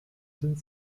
sind